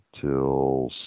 till